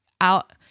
out